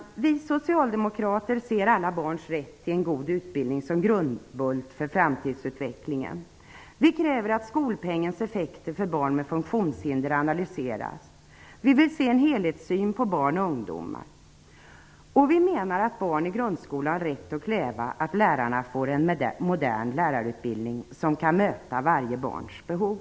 Vi socialdemokrater ser alla barns rätt till en god utbildning som en grundbult för framtidsutvecklingen. Vi kräver att skolpengens effekter för barn med funktionshinder skall analyseras. Vi vill ha en helhetssyn på barn och ungdomar. Vi menar att barn i grundskolan har rätt att kräva att lärarna får en modern lärarutbildning som kan möta varje barns behov.